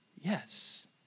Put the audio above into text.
Yes